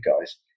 guys